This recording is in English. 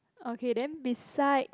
okay then beside